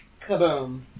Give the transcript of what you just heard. Kaboom